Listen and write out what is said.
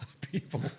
people